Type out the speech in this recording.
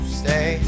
stay